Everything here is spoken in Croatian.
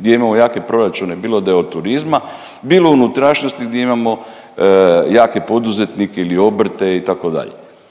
gdje imamo jake proračune, bilo da je od turizma, bilo u unutrašnjosti gdje imamo jake poduzetnike ili obrte, itd.